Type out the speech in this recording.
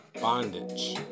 Bondage